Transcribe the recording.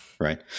right